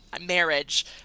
marriage